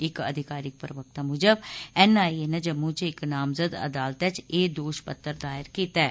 इक आधकारिक प्रवक्ता मुजब एन आई ए नै जम्मू च इक नामजद अदालतै च एह् दोष पत्र दायर कीता ऐ